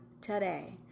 today